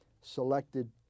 selected